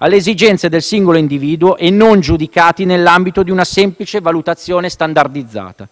alle esigenze del singolo individuo e non giudicati nell'ambito di una semplice valutazione standardizzata.